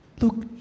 Look